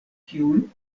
kiun